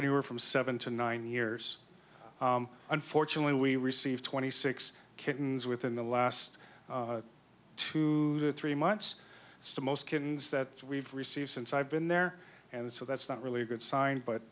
anywhere from seven to nine years unfortunately we received twenty six kittens within the last two or three months so most kittens that we've received since i've been there and so that's not really a good sign but